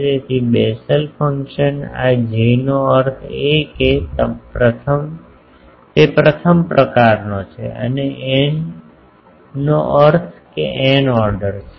તેથી Bessel function આ J નો અર્થ છે કે તે પ્રથમ પ્રકારનો છે અને n નો અર્થ n ઓર્ડર છે